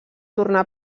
tornar